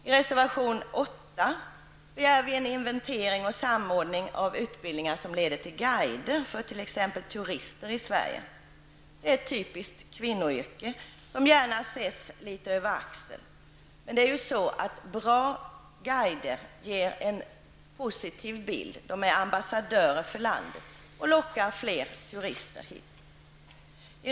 I reservation nr 8 begär vi en inventering och samordning av utbildningar som leder till guider för t.ex. turister i Sverige. Det är ett typiskt kvinnoyrke, som gärna ses litet över axeln, men bra guider ger ju en positiv bild av landet. De är ambassadörer för landet och lockar flera turister hit.